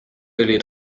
olid